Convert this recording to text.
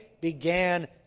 began